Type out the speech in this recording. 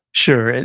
sure.